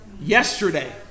Yesterday